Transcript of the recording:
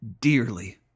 dearly